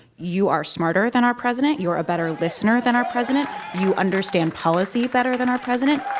you are smarter than our president you're a better listener than our president. you understand policy better than our president.